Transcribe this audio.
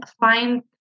find